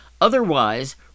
Otherwise